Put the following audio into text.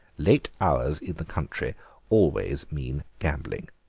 late hours in the country always mean gambling.